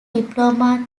diploma